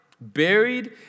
buried